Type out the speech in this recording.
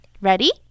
Ready